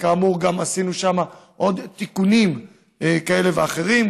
וכאמור גם עשינו שם עוד תיקונים כאלה ואחרים,